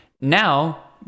Now